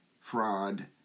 fraud